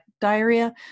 diarrhea